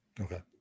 Okay